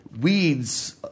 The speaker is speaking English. weeds